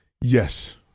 Yes